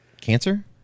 Cancer